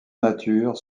nature